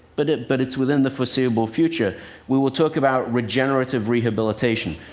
but it's but it's within the foreseeable future we will talk about regenerative rehabilitation.